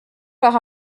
par